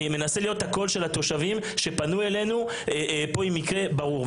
אני מנסה להיות הקול של התושבים שפנו אלינו עם מקרה ברור.